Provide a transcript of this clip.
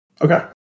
Okay